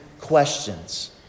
questions